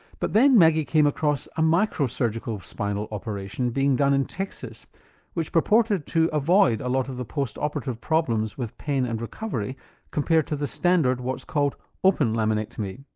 but then maggie came across a microsurgical spinal operation being done in texas which purported to avoid a lot of the post operative problems with pain and recovery compared to the standard, what's called open laminectomy.